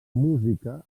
música